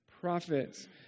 prophets